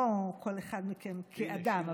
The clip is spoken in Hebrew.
לא כל אחד מכם כאדם,